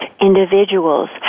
individuals